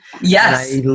Yes